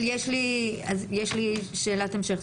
אז יש לי שאלת המשך.